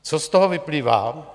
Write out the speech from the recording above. Co z toho vyplývá?